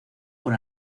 con